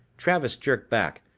travis jerked back.